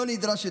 לא נדרש יותר.